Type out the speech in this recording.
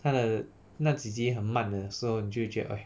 看了那几集很慢的时候你就会觉得 eh